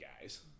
guys